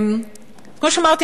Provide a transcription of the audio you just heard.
כמו שאמרתי,